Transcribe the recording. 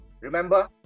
Remember